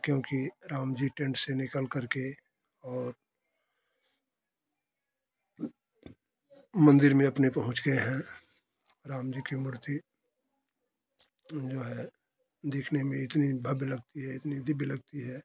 क्योंकि राम जी टेंट से निकल करके और मंदिर में अपने पहुँच गए हैं राम जी की मूर्ति जो है देखने में इतनी भव्य लगती है इतनी दिव्य लगती है